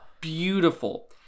beautiful